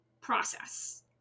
process